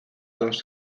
los